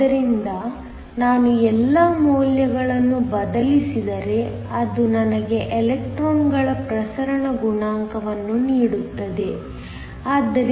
ಆದ್ದರಿಂದ ನಾನು ಎಲ್ಲಾ ಮೌಲ್ಯಗಳನ್ನು ಬದಲಿಸಿದರೆ ಅದು ನನಗೆ ಎಲೆಕ್ಟ್ರಾನ್ಗಳ ಪ್ರಸರಣ ಗುಣಾಂಕವನ್ನು ನೀಡುತ್ತದೆ ಆದ್ದರಿಂದ 3